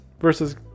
versus